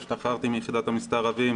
השתחררתי מיחידת המסתערבים